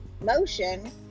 motion